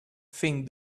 thing